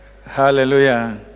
Hallelujah